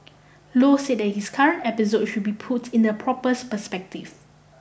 low said that this current episode should be put in the proper perspective